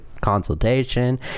consultation